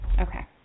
Okay